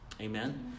Amen